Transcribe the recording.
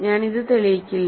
ഞാൻ ഇത് തെളിയിക്കില്ല